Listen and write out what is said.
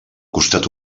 costat